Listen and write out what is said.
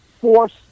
force